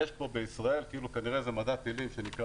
יש פה בישראל כנראה מדע טילים שנקרא